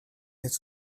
its